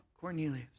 Cornelius